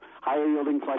higher-yielding